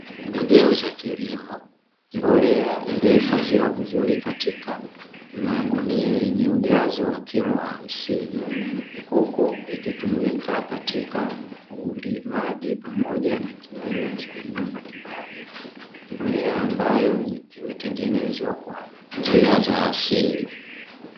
Pembejeo za kilimo, mbolea iliyohifadhiwa vizuri katika magunia yenye ujazo wa kilo hamsini, huku ikitumika katika ulimaji pamoja na kilimo cha aina mbalimbali, mbolea ambayo imetengenezwa kwa njia za asili.